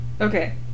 Okay